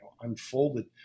unfolded